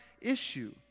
issue